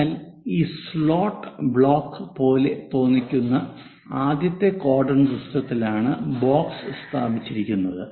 അതിനാൽ ഈ slot block പോലെ തോന്നിക്കുന്ന ആദ്യത്തെ ക്വാഡ്രൻറ് സിസ്റ്റത്തിലാണ് ബോക്സ് സ്ഥാപിച്ചിരിക്കുന്നത്